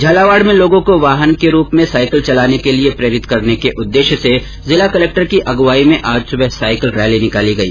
झालावाड़ में लोगों को वाहन के रूप में साईकिल चलाने के लिए प्रेरित करने के उद्देश्य से जिला कलेक्टर की अगुवाई में आज सुबह साईकिल रैली निकाली गई